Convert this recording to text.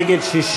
נגד,